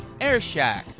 Airshack